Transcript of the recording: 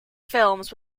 films